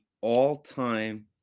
all-time